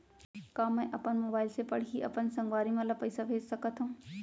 का मैं अपन मोबाइल से पड़ही अपन संगवारी मन ल पइसा भेज सकत हो?